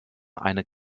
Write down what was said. eine